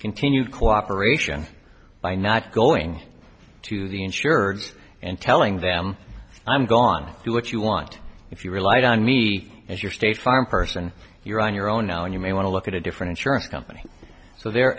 continued cooperation by not going to the insurers and telling them i'm gone do what you want if you relied on me as your state farm person you're on your own now and you may want to look at a different sheriff company so the